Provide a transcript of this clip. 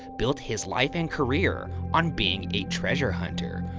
built his life and career on being a treasure hunter.